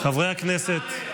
חברי הכנסת,